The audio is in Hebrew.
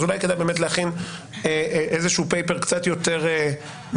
אז באמת כדאי להכין איזשהו נייר קצת יותר מקיף.